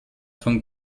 von